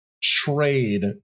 trade